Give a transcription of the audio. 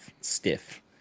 stiff